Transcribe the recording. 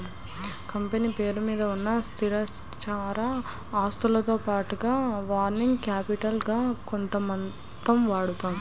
company పేరు మీద ఉన్న స్థిరచర ఆస్తులతో పాటుగా వర్కింగ్ క్యాపిటల్ గా కొంత మొత్తం వాడతాం